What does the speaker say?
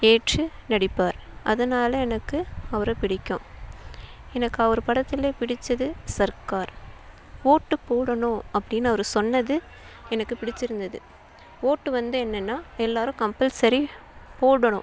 ஏற்று நடிப்பார் அதனால் எனக்கு அவரை பிடிக்கும் எனக்கு அவர் படத்திலேயே பிடித்தது சர்கார் ஓட்டு போடணும் அப்படின்னு அவர் சொன்னது எனக்கு பிடித்திருந்தது ஓட்டு வந்து என்னென்னா எல்லோரும் கம்பல்செரி போடணும்